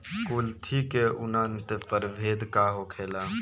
कुलथी के उन्नत प्रभेद का होखेला?